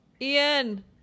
Ian